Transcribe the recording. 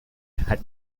her